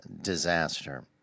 disaster